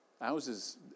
Houses